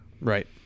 Right